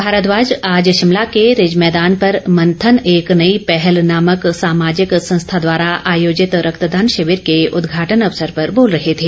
भारद्वाज आज शिमला के रिज मैदान पर मंथन एक नई पहल नामक सामाजिक संस्था द्वारा आयोजित रक्तदान शिविर के उद्घाटन अवसर पर बोल रहे थे